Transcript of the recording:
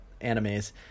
animes